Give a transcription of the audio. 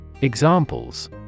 Examples